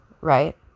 Right